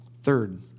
Third